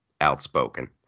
outspoken